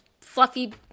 fluffy